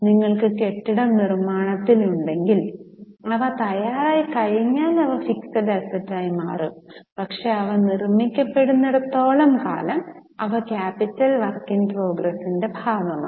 നിങ്ങൾക്ക് കെട്ടിടം നിർമ്മാണത്തിലിട്ടുണ്ടെങ്കിൽ അവ തയ്യാറായിക്കഴിഞ്ഞാൽ അവ ഫിക്സഡ് അസറ്റ് ആയി മാറും പക്ഷേ അവ നിർമ്മിക്കപ്പെടുന്നിടത്തോളം കാലം അവ ക്യാപിറ്റൽ വർക്ക് ഇൻ പ്രോഗ്രെസ്സിന്റെ ഭാഗമാണ്